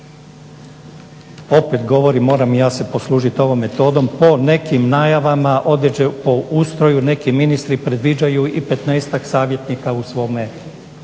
Opet govorim moram se i ja poslužiti ovom metodom po nekim najavama … o ustroju neki ministri predviđaju i petnaestak savjetnika u svome